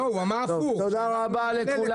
תודה רבה לכולם.